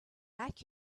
like